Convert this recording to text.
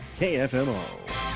KFMO